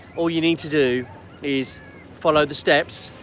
all you need to do is follow the steps,